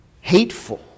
hateful